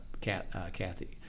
Kathy